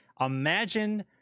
Imagine